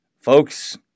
Folks